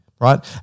Right